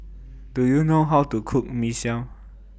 Do YOU know How to Cook Mee Siam